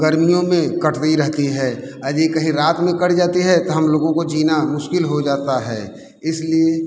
गर्मियों में कटती रहती है अदि कहीं रात में कट जाती है तो हम लोगों को जीना मुश्किल हो जाता है इसलिए